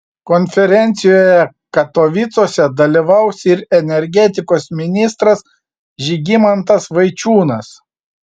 konferencijoje katovicuose dalyvaus ir energetikos ministras žygimantas vaičiūnas